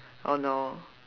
oh no